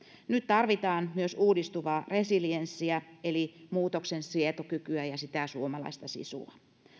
nyt tarvitaan myös uudistuvaa resilienssiä eli muutoksensietokykyä ja ja sitä suomalaista sisua